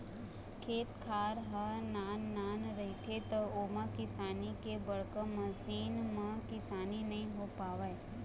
खेत खार ह नान नान रहिथे त ओमा किसानी के बड़का मसीन म किसानी नइ हो पावय